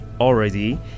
already